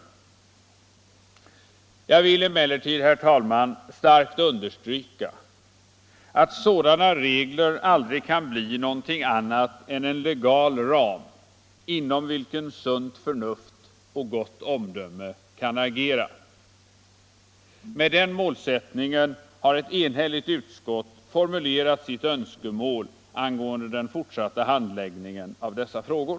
Jag vill emellertid, herr talman, starkt understryka att sådana regler aldrig kan bli något annat än en legal ram, inom vilken sunt förnuft och gott omdöme kan agera. Med den målsättningen har ett enhälligt utskott formulerat sitt önskemål angående den fortsatta handläggningen av dessa frågor.